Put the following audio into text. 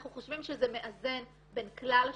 אנחנו חושבים שזה מאזן בין כלל השיקולים,